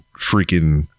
freaking